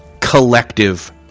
collective